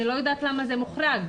אני לא יודעת למה זה מוחרג,